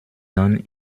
dann